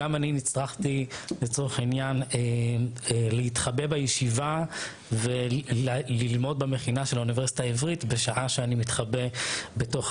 גם אני התבקשתי להתחבא בישיבה וללמוד במכינה של האוניברסיטה העברית,